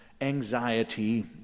anxiety